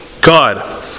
God